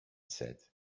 said